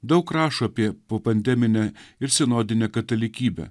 daug rašo apie popandeminę ir sinodinę katalikybę